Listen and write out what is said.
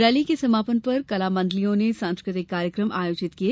rally के सामापन पर कलामण्डलियों ने सांस्कृतिक कार्यक्रम आयोजित किये